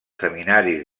seminaris